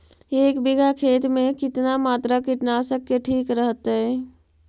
एक बीघा खेत में कितना मात्रा कीटनाशक के ठिक रहतय?